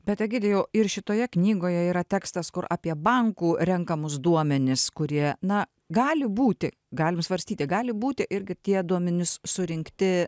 bet egidijau ir šitoje knygoje yra tekstas kur apie bankų renkamus duomenis kurie na gali būti galim svarstyti gali būti irgi tie duomenys surinkti